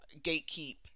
gatekeep